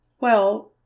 Well